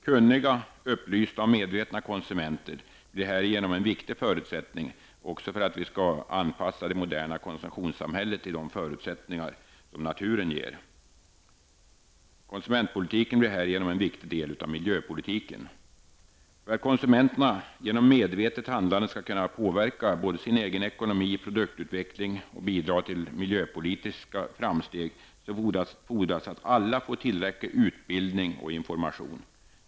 Kunniga, upplysta och medvetna konsumenter blir härigenom en viktig förutsättning också för att vi skall anpassa det moderna konsumtionssamhället till de förutsättningar som naturen ger. Konsumentpolitiken blir på grund härav en viktig del av miljöpolitiken. För att konsumenterna genom medvetet handlande skall kunna påverka sin egen ekonomi, produktutvecklingen och bidra till miljöpolitiska framsteg, fordras att alla får tillräcklig utbildning och information.